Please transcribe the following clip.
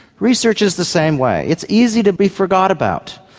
research is the same way it's easy to be forgotten about,